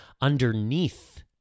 underneath